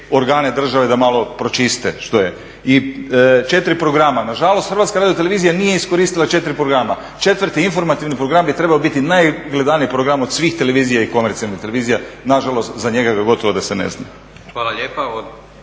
organe države da malo pročiste što je. I četiri programa. Nažalost, HRT nije iskoristila četiri programa. Četvrti informativni program bi trebao biti najgledaniji program od svih televizija i komercijalnih televizija. Nažalost, za njega gotovo da se ne zna. **Leko,